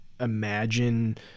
imagine